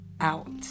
Out